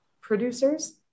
producers